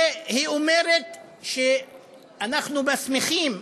והיא אומרת שאנחנו מסמיכים,